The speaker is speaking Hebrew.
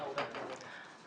אני